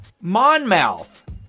Monmouth